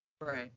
right